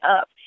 up